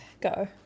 Go